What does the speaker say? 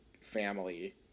family